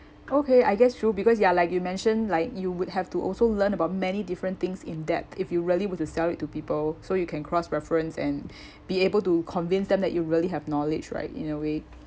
okay I guess true because ya like you mentioned like you would have to also learn about many different things in that if you really want to sell it to people so you can cross-reference and be able to convince them that you really have knowledge right in a way